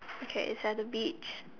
okay it's at the beach